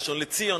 ראשון-לציון,